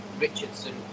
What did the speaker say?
Richardson